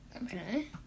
Okay